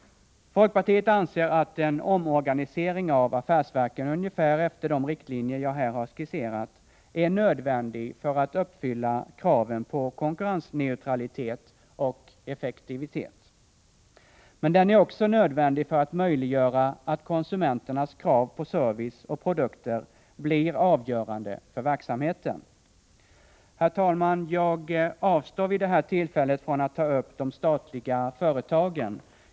Folkpartiet anser att en omorganisering av affärsverken — ungefär efter de riktlinjer som jag här har skisserat — är nödvändig för att uppfylla kraven på konkurrensneutralitet och effektivitet. Men den är också nödvändig för att möjliggöra att konsumenternas krav på service och produkter blir avgörande för verksamheten. Herr talman! Jag avstår vid det här tillfället från att ta upp de statliga företagen.